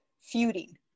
feuding